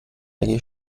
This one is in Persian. اگه